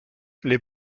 les